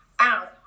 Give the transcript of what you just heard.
Ow